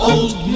Old